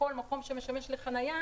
שכל מקום שמשמש חנייה